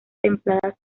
templadas